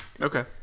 Okay